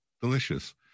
delicious